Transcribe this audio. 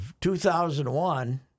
2001